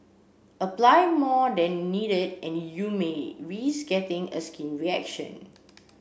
apply more than needed and you may risk getting a skin reaction